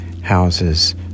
houses